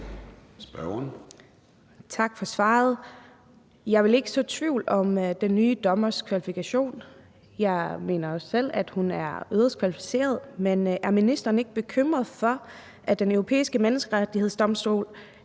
(LA): Tak for svaret. Jeg vil ikke så tvivl om den nye dommers kvalifikationer. Jeg mener også selv, at hun er yderst kvalificeret. Men er ministeren ikke bekymret for, at Den Europæiske Menneskerettighedsdomstol